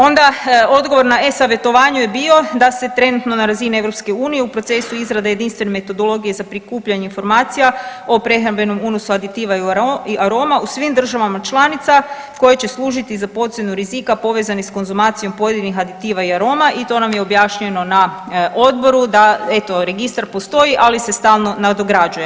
Onda odgovor na e-savjetovanju je bio da se trenutno na razini EU u procesu izrade jedinstvene metodologije za prikupljanje informacija o prehrambenom unosu aditiva i aroma u svim državama članica koje će služiti za procjenu rizika povezani s konzumacijom pojedinih aditiva i aroma i to nam je objašnjeno na odboru da eto registar postoji, ali se stalno nadograđuje.